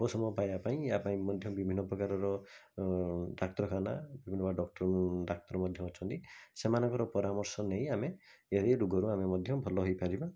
ଉପଶମ ପାଇବା ପାଇଁ ଏହାପାଇଁ ମଧ୍ୟ ବିଭିନ୍ନ ପ୍ରକାରର ଡାକ୍ତରଖାନା ନୂଆ ଡକ୍ଟର ଡାକ୍ତର ମଧ୍ୟ ଅଛନ୍ତି ସେମାନଙ୍କର ପରାମର୍ଶ ନେଇ ଆମେ ଏହି ରୋଗରୁ ଆମେ ମଧ୍ୟ ଭଲ ହେଇପାରିବା